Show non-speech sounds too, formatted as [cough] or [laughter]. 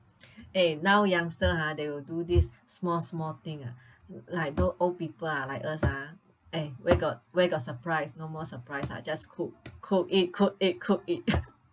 eh now youngster ha they will do this small small thing ah like those old people ah like us ah eh where got where got surprise no more surprise ah just cook cook eat cook eat cook eat [laughs]